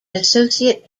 associate